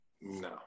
No